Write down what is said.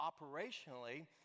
operationally